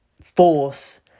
force